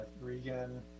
Regan